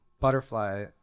Butterfly